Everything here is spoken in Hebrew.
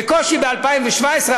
בקושי ב-2017,